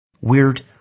weird